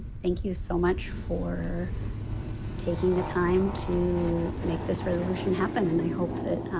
thank you so much for taking the time to make this resolution happen and i hope that